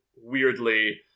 weirdly